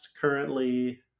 Currently